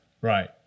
Right